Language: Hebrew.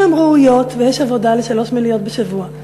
אם הן ראויות ויש עבודה לשלוש מליאות בשבוע,